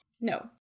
No